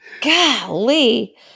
Golly